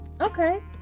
okay